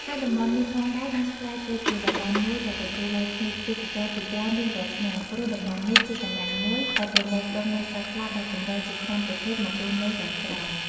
ហើយតំបន់នេះផងដែលបានក្លាយទៅជាតំបន់មួយដែលទទួលបានភ្ញៀវទេសចរជាច្រើនរៀងរាល់ឆ្នាំ ព្រោះតំបន់នេះជាកន្លែងមួយ ដែលប្រមូលផ្តុំនូវសត្វស្លាបដ៏កម្រជាច្រើនប្រភេទមករស់នៅយ៉ាងច្រើន។